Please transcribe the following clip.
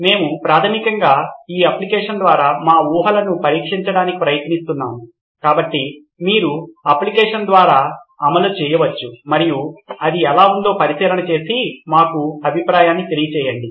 మేము ప్రాథమికంగా ఈ అప్లికషన్ ద్వారా మా ఊహలను పరీక్షించడానికి ప్రయత్నిస్తున్నాము కాబట్టి మీరు అప్లికేషన్ ద్వారా అమలు చేయవచ్చు మరియు అది ఎలా ఉందో పరిశీలన చేసి మాకు అభిప్రాయాన్ని తెలియచేయండి